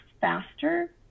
faster